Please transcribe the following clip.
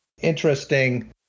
interesting